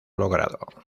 logrado